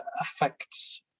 affects